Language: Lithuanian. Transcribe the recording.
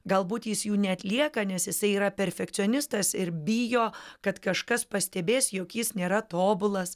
galbūt jis jų neatlieka nes jisai yra perfekcionistas ir bijo kad kažkas pastebės jog jis nėra tobulas